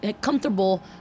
comfortable